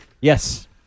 Yes